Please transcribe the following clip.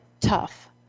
tough